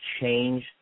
change